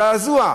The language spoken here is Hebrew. זעזוע.